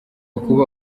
kuba